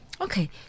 Okay